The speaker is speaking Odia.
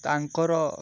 ତାଙ୍କର